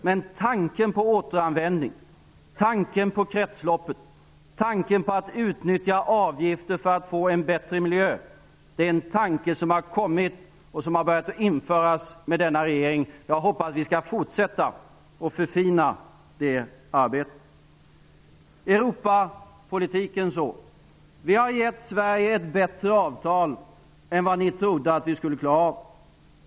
Men tanken på återanvändning, kretsloppet och att man skall utnyttja avgifter för att få en bättre miljö, har kommit och börjat införas med den här regeringen. Jag hoppas att vi skall fortsätta med det arbetet och förfina det. När det gäller Europapolitiken har vi gett Sverige ett bättre avtal än vad ni trodde att vi skulle klara av.